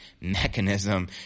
mechanism